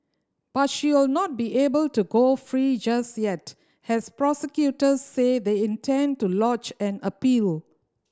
but she will not be able to go free just yet has prosecutors said they intend to lodge an appeal